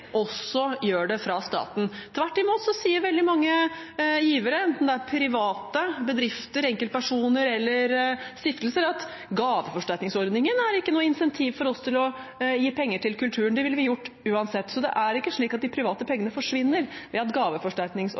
også gjør det fra staten. Tvert imot sier veldig mange givere, enten det er private, bedrifter, enkeltpersoner eller stiftelser, at gaveforsterkningsordningen ikke er noe insentiv for dem til å gi penger til kulturen; det ville de gjort uansett. Det er ikke slik at de private pengene forsvinner ved at